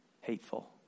hateful